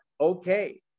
okay